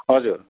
हजुर